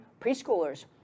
preschoolers